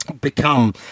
become